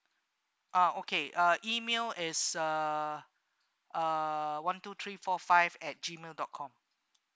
ah okay uh email is uh uh one two three four five at G mail dot com